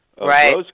right